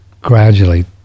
gradually